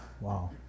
Wow